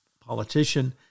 politician